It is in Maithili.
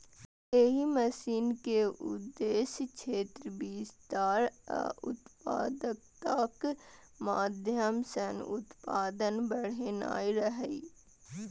एहि मिशन के उद्देश्य क्षेत्र विस्तार आ उत्पादकताक माध्यम सं उत्पादन बढ़ेनाय रहै